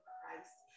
Christ